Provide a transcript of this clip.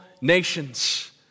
nations